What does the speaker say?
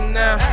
now